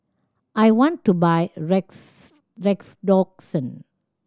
I want to buy Rex Redoxon